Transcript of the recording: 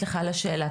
סליחה על השאלה.